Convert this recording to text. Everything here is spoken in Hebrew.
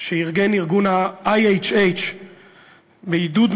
שארגן ארגון ה-IHH בעידוד,